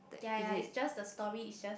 ya ya is just the story is just